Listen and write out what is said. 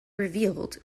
revealed